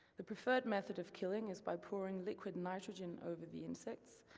the preferred method of killing is by pouring liquid nitrogen over the insects,